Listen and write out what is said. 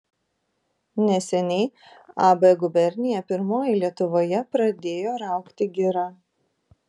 neseniai ab gubernija pirmoji lietuvoje pradėjo raugti girą